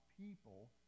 people